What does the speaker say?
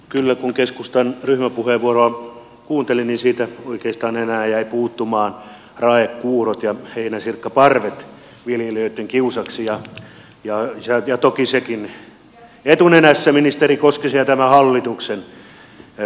kyllä kun keskustan ryhmäpuheenvuoroa kuunteli niin siitä oikeastaan enää jäi puuttumaan raekuurot ja heinäsirkkaparvet viljelijöitten kiusaksi toki sekin etunenässä ministeri koskisen ja tämän hallituksen vikana